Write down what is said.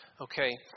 Okay